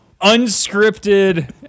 Unscripted